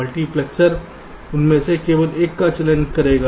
multiplexer उनमें से केवल एक का चयन करेगा